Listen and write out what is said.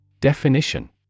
Definition